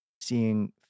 seeing